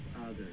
others